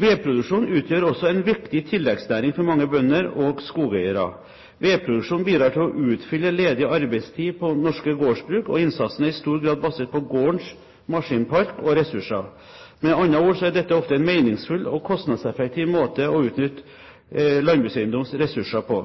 Vedproduksjon utgjør også en viktig tilleggsnæring for mange bønder og skogeiere. Vedproduksjon bidrar til å utfylle ledig arbeidstid på norske gårdsbruk, og innsatsen er i stor grad basert på gårdens maskinpark og ressurser. Med andre ord er dette ofte en meningsfull og kostnadseffektiv måte å utnytte landbrukseiendommens ressurser på.